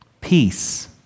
peace